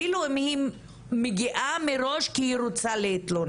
אפילו אם היא מגיעה מראש כי היא רוצה להתלונן.